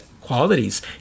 qualities